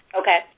Okay